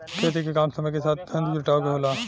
खेती के काम समय के साथ धन जुटावे के होला